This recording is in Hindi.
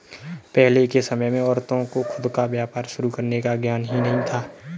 पहले के समय में औरतों को खुद का व्यापार शुरू करने का ज्ञान ही नहीं था